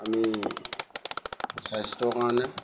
আমি স্বাস্থ্যৰ কাৰণে